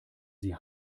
sie